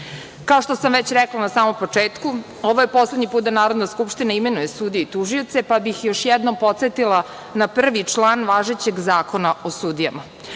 što sam već rekla na samom početku. Ovo je poslednji put da Narodna skupština imenuje sudije i tužioce, pa bih još jednom podsetila na prvi član važećeg Zakona o sudijama.